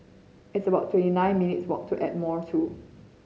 it's about twenty nine minutes' walk to Ardmore Two